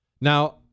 Now